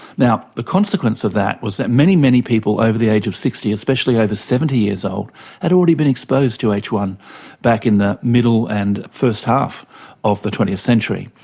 the consequence of that was that many, many people over the age of sixty, especially over seventy years old had already been exposed to h one back in the middle and first half of the twentieth century.